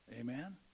Amen